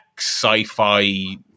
sci-fi